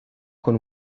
con